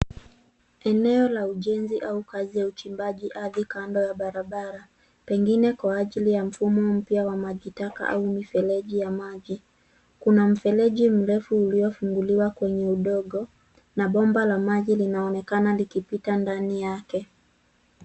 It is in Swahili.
Eneo la ujenzi au kazi ya uchimbaji ardhi kando ya barabara, pengine kwa ajili ya mfumo mpya wa majitaka au mifereji ya maji. Kuna mfereji mrefu uliofunguliwa kwenye udongo na bomba la maji linaonekana likipita ndani yake.